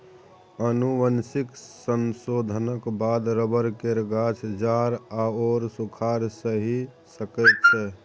आनुवंशिक संशोधनक बाद रबर केर गाछ जाड़ आओर सूखाड़ सहि सकै छै